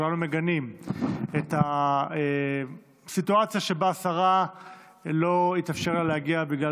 וכולנו מגנים את הסיטואציה שבה לא התאפשר לשרה להגיע בגלל